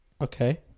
Okay